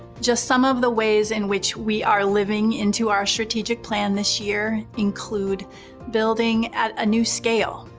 just some of the ways in which we are living into our strategic plan this year include building at a new scale,